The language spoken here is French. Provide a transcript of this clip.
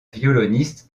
violoniste